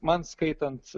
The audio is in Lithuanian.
man skaitant